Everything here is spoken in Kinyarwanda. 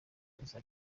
uzajya